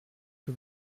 que